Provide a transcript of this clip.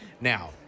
Now